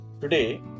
Today